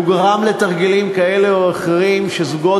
הוא גרם לתרגילים כאלה או אחרים שזוגות